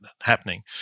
happening